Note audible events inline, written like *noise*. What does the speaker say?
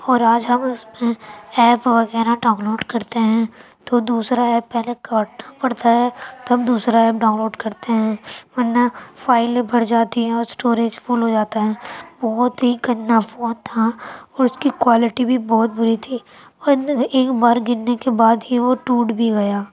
اور آج ہم اس میں ایپ وغیرہ ڈاؤن لوڈ کرتے ہیں تو دوسرا ایپ پہلے کاٹنا پڑتا ہے تب دوسرا ایپ ڈاؤن لوڈ کرتے ہیں ورنہ فائلیں بھر جاتی ہیں اور اسٹوریج فل ہو جاتا ہے بہت ہی گندا فون تھا اور اس کی کوالٹی بھی بہت بری تھی اور *unintelligible* ایک بار گرنے کے بعد ہی وہ ٹوٹ بھی گیا